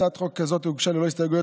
הצעת החוק הזאת הוגשה ללא הסתייגויות,